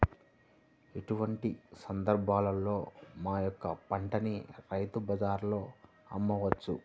ఎటువంటి సందర్బాలలో మా యొక్క పంటని రైతు బజార్లలో అమ్మవచ్చు?